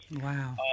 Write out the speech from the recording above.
Wow